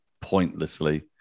pointlessly